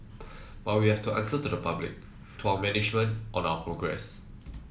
but we have to answer to the public to our management on our progress